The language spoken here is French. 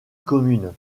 commune